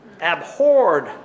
Abhorred